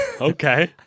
okay